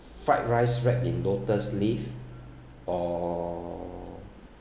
fried rice wrapped in lotus leaf or